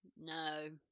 No